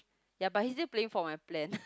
ya but he's still paying for my plan